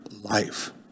life